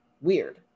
weird